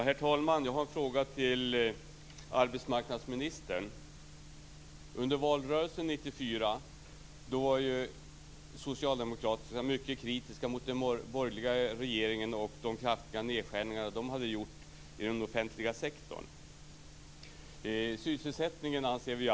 Herr talman! Jag har en fråga till arbetsmarknadsministern. Under valrörelsen 1994 var ju socialdemokraterna mycket kritiska mot den borgerliga regeringen angående de kraftiga nedskärningar som den hade genomfört i den offentliga sektorn. Vi anser alla att sysselsättningen är viktig.